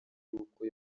y’uko